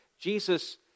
Jesus